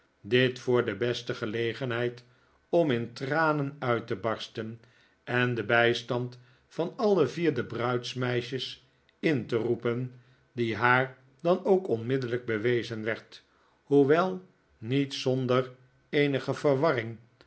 dit voor de beste gelegenheid om in tranen uit te barsten en den bijstand van alle vier de bruidsmeisjes in te roepen die haar dan ook onmiddellijk bewezen werd hoewel niet zonder eenige